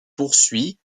poursuit